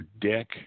dick